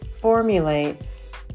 formulates